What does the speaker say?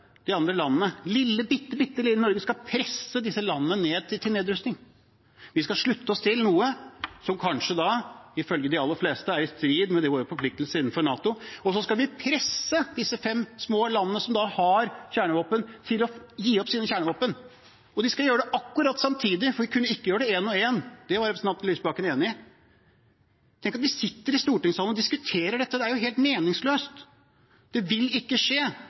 de andre landene – bitte lille Norge skal presse disse landene til nedrustning. Vi skal slutte oss til noe som ifølge de aller fleste kanskje er i strid med våre forpliktelser innenfor NATO, og så skal vi presse disse fem små landene som har kjernevåpen, til å gi opp sine kjernevåpen Og de skal gjøre det akkurat samtidig, for de kunne ikke gjøre det en og en – det var representanten Lysbakken enig i. Tenk at vi sitter i stortingssalen og diskuterer dette. Det er helt meningsløst, det vil ikke skje.